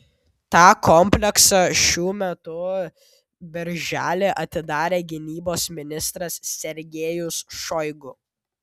tą kompleksą šių metų birželį atidarė gynybos ministras sergejus šoigu